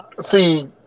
See